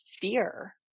fear